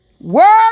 Word